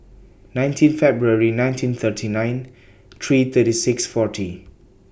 nineteen February nineteen thirty nine three thirty six forty